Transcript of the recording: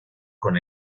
con